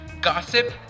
gossip